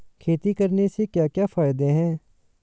खेती करने से क्या क्या फायदे हैं?